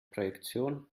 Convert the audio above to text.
projektion